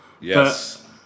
Yes